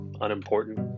unimportant